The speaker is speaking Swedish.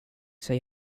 sig